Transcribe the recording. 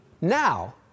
now